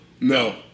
No